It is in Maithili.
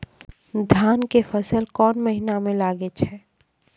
धान के फसल कोन महिना म लागे छै?